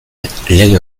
lege